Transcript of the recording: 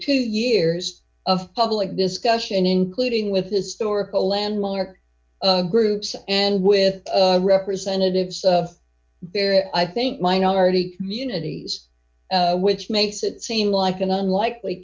two years of public discussion including with historical landmark groups and with representatives of i think minority communities which makes it seem like an unlikely